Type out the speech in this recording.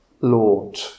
Lord